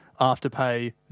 Afterpay